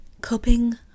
coping